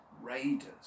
raiders